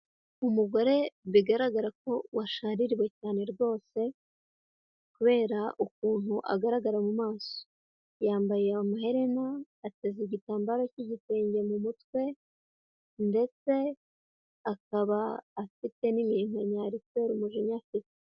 Umugore bigaragara ko washaririwe cyane rwose kubera ukuntu agaragara mu maso yambaye amaherena ateze igitambaro cy'igitenge mu mutwe ndetse akaba afite n'iminkanyari nya kubera umujinya afite.